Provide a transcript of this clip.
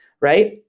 right